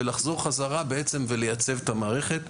לחזור חזרה ולייצב את המערכת.